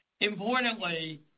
Importantly